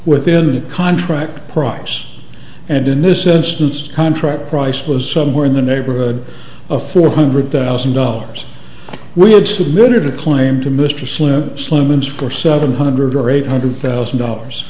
within a contract price and in this instance contract price was somewhere in the neighborhood of four hundred thousand dollars we had submitted a claim to mr slim slim's for seven hundred or eight hundred thousand dollars